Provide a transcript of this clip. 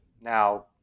Now